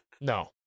No